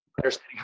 Understanding